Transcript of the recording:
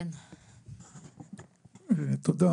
תודה,